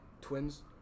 Twins